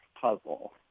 puzzle